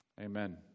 amen